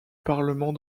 parlement